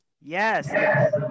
Yes